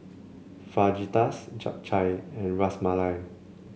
Fajitas Japchae and Ras Malai